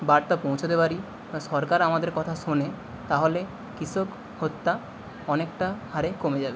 বার্তা পৌঁছাতে পারি আর সরকার আমাদের কথা শোনে তাহলে কৃষক হত্যা অনেকটা হারে কমে যাবে